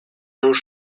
już